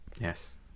Yes